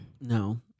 No